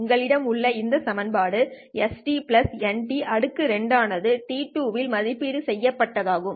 உங்களிடம் உள்ள இந்த சமன்பாடு S N|2 ஆனது t2 இல் மதிப்பீடு செய்யப்பட்டதாகும்